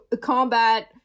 combat